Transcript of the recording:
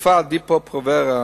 התרופה Depo-provera